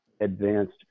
advanced